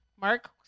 Mark